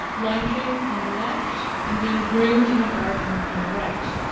lunching on the left and being groomed in a garden on the right.